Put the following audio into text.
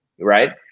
right